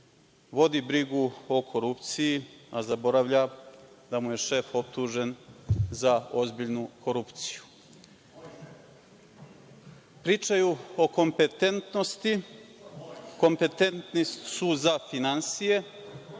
brigu o korupciji, a zaboravlja da mu je šef optužen za ozbiljnu korupciju. Pričaju o kompetentnosti, kompententni su za finansije,